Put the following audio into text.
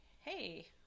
Hey